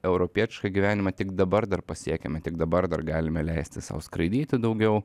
europietišką gyvenimą tik dabar dar pasiekėme tik dabar dar galime leisti sau skraidyti daugiau